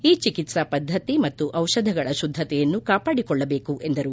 ಈ ಚಿಕಿತ್ಲಾ ಪದ್ದತಿ ಮತ್ತು ದಿಷಧಗಳ ಶುದ್ದತೆಯನ್ನು ಕಾಪಾಡಿಕೊಳ್ಳಬೇಕು ಎಂದರು